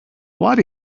what